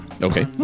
Okay